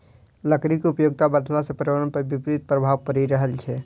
लकड़ीक उपयोगिता बढ़ला सॅ पर्यावरण पर विपरीत प्रभाव पड़ि रहल छै